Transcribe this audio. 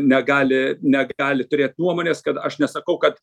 negali negali turėti nuomonės kad aš nesakau kad